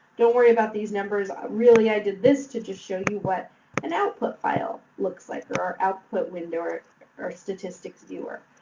don't worry about these numbers. really, i did this to just show you what an output file looks like, or our output window, or our statistics viewer.